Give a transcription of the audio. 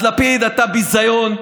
אז לפיד, אתה ביזיון.